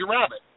Rabbit